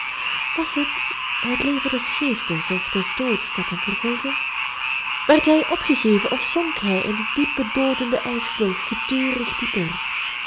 was het het leven des geestes of des doods dat hem vervulde werd hij opgeheven of zonk hij in de diepe doodende ijskloof gedurig dieper